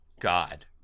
God